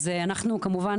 אז אנחנו ככה כמובן,